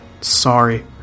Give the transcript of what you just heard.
sorry